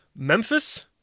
Memphis